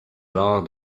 alors